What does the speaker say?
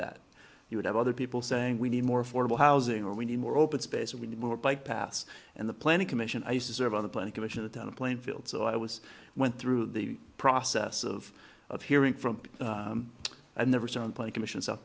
that you would have other people saying we need more affordable housing or we need more open space and we need more bike paths and the planning commission i used to serve on the planning commission that on a plane filled so i was went through the process of of hearing from and never saw him play commission